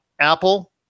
apple